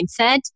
mindset